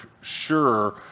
sure